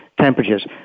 temperatures